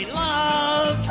love